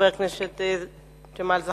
הצעה לסדר-היום שמספרה 2530. חבר הכנסת ג'מאל זחאלקה.